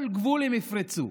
כל גבול הם יפרצו,